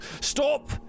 Stop